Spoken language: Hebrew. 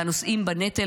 והנושאים בנטל,